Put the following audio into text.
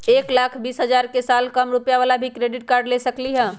एक लाख बीस हजार के साल कम रुपयावाला भी क्रेडिट कार्ड ले सकली ह?